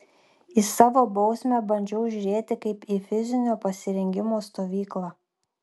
į savo bausmę bandžiau žiūrėti kaip į fizinio pasirengimo stovyklą